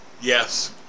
Yes